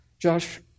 Josh